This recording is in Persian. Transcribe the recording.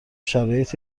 شرایط